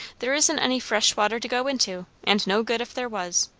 there isn't any fresh water to go into, and no good if there was.